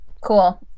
cool